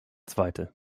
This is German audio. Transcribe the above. zweite